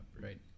right